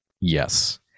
yes